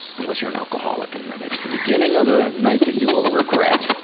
unless you're an alcoholic and then it's the beginning of a night that you will regret.